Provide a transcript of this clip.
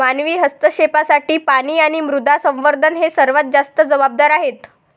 मानवी हस्तक्षेपासाठी पाणी आणि मृदा संवर्धन हे सर्वात जास्त जबाबदार आहेत